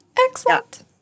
Excellent